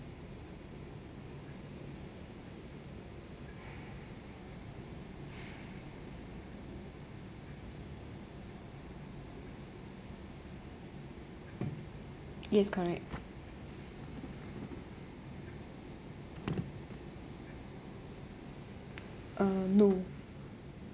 yes correct uh no